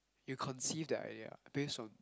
you conceive the idea what based on